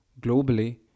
globally